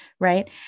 Right